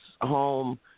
home